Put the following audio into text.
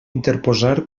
interposar